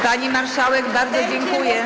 Pani marszałek, bardzo dziękuję.